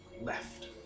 left